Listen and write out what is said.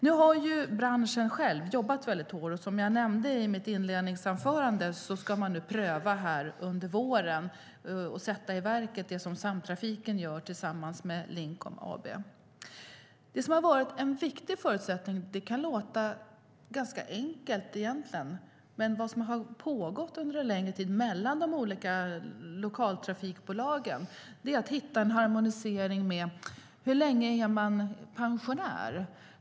Nu har branschen själv jobbat väldigt hårt. Som jag nämnde i mitt svar ska man nu under våren pröva och sätta i verket det som Samtrafiken AB gör med Linkon AB. Det som varit en viktig förutsättning kan egentligen låta ganska enkelt. Vad som har pågått under en längre tid mellan de olika lokaltrafikbolagen är att hitta en harmonisering. Hur länge är man pensionär?